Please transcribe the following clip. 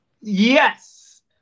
Yes